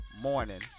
morning